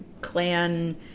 clan